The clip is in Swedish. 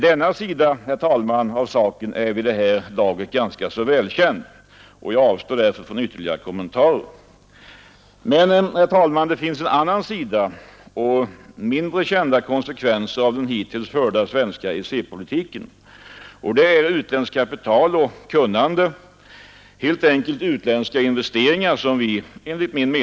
Denna sida av saken är vid det här laget ganska välkänd, och jag avstår därför från ytterligare kommentarer. Men, herr talman, det finns en annan sida och mindre kända konsekvenser av den hittills förda svenska EEC-politiken: Vi har gått miste om utländskt kapital och kunnande, dvs. utländska investeringar.